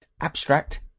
abstract